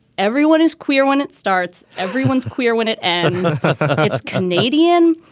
everyone is queer when it starts. everyone's queer when it and it's canadian.